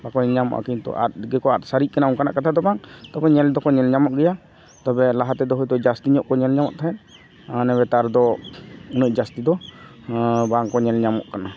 ᱵᱟᱠᱚ ᱧᱮᱞ ᱧᱟᱢᱚᱜᱼᱟ ᱠᱤᱱᱛᱩ ᱟᱫᱜᱮᱠᱚ ᱟᱫ ᱥᱟᱹᱨᱤᱜ ᱠᱟᱱᱟ ᱚᱱᱠᱟᱱᱟᱜ ᱠᱟᱛᱷᱟᱫᱚ ᱵᱟᱝ ᱛᱚᱵᱮ ᱧᱮᱞ ᱫᱚᱠᱚ ᱧᱮᱞ ᱧᱟᱢᱚᱜ ᱜᱮᱭᱟ ᱛᱚᱵᱮ ᱞᱟᱦᱟᱛᱮᱫᱚ ᱦᱚᱭᱛᱚ ᱡᱟᱹᱥᱛᱤᱧᱚᱜ ᱜᱮᱠᱚ ᱧᱮᱞ ᱧᱟᱢᱚᱜ ᱛᱟᱦᱮᱸᱫ ᱤᱱᱟᱹ ᱠᱟᱛᱮ ᱱᱮᱛᱟᱨᱫᱚ ᱩᱱᱟᱹᱜ ᱡᱟᱹᱥᱛᱤᱫᱚ ᱵᱟᱝᱠᱚ ᱧᱮᱞ ᱧᱟᱢᱚᱜ ᱠᱟᱱᱟ